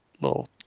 little